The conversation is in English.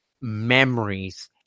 memories